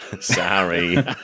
Sorry